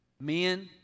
men